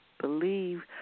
believe